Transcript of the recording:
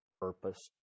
purpose